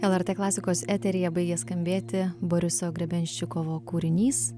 lrt klasikos eteryje baigia skambėti boriso grebenščikovo kūrinys